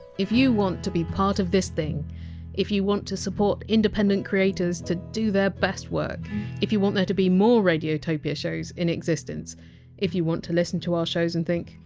if you want to be part of this thing if you want to support independent creators to do their best work if you want there to be more radiotopia shows in existence if you want to listen to our shows and think!